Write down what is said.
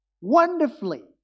wonderfully